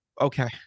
Okay